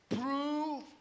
prove